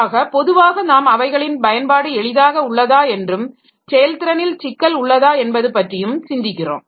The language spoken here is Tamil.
ஆக பொதுவாக நாம் அவைகளின் பயன்பாடு எளிதாக உள்ளதா என்றும் செயல்திறனில் சிக்கல் உள்ளதா என்பது பற்றியும் சிந்திக்கிறோம்